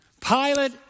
Pilate